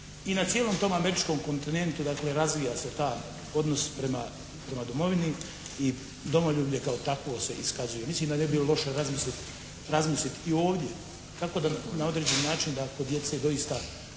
i na cijelom tom američkom kontinentu dakle razvija se taj odnos prema domovini i domoljublje kao takvo se iskazuje. Mislim da ne bi bilo loše razmisliti i ovdje kako da na određeni način da kod djece doista